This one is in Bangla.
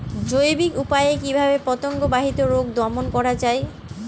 জৈবিক উপায়ে কিভাবে পতঙ্গ বাহিত রোগ দমন করা যায়?